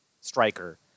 striker